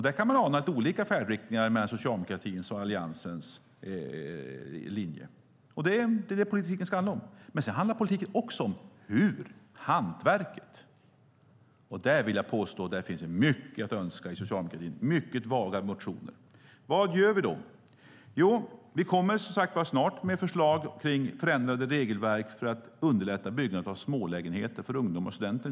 Där kan man ana att det är olika färdriktningar mellan socialdemokratins och Alliansens linjer, och det är det politik ska handla om. Men sedan handlar politiken också om hur , alltså hantverket. Där vill jag påstå att det finns mycket att önska i socialdemokratins mycket vaga motioner. Vad gör vi då? Jo, vi kommer som sagt snart med förslag om förändrade regelverk för att underlätta byggandet av smålägenheter för inte minst ungdomar och studenter.